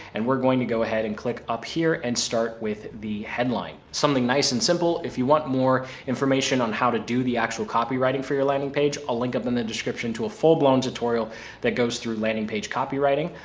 and we're going to go ahead and click up here and start with the headline. something nice and simple. if you want more information on how to do the actual copywriting for your landing page, i'll ah link up in the description to a full blown tutorial that goes through landing page copywriting.